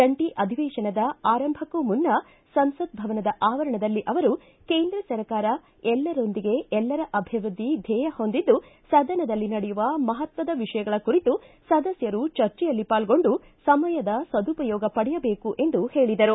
ಜಂಟಿ ಅಧಿವೇಶನದ ಆರಂಭಕ್ಕೂ ಮುನ್ನ ಸಂಸತ್ ಭವನದ ಆವರಣದಲ್ಲಿ ಅವರು ಕೇಂದ್ರ ಸರ್ಕಾರ ಎಲ್ಲರೊಂದಿಗೆ ಎಲ್ಲರ ಅಭಿವೃದ್ಧಿ ಧ್ವೇಯ ಹೊಂದಿದ್ದು ಸದನದಲ್ಲಿ ನಡೆಯುವ ಮಹತ್ವದ ವಿಷಯಗಳ ಕುರಿತು ಸದಸ್ದರು ಚರ್ಚೆಯಲ್ಲಿ ಪಾಲ್ಗೊಂಡು ಸಮಯದ ಸದುಪಯೋಗ ಪಡೆಯಬೇಕು ಎಂದು ಹೇಳಿದರು